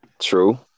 True